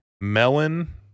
melon